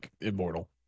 immortal